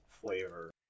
flavor